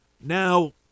Now